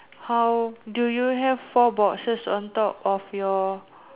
how do you have four boxes on top of your